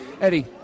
Eddie